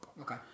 Okay